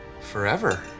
forever